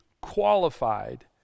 qualified